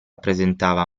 presentava